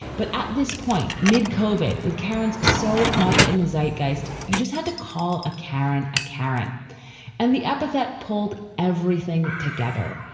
but at this point, mid kove it with karyn's so much in the zayat geist. you just had to call a karen. a karen and the epithet pulled everything together.